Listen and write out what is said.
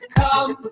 come